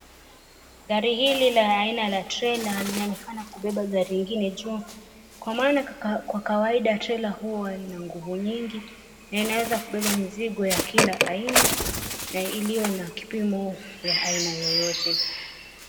Gari hili la aina la trela linaonekana kubeba gari ingine juu kwa maana kwa kawaida trela huwa ina nguvu nyingi na inaweza kubeba mizigo ya kila aina na iliyo na kipimo ya aina yoyote.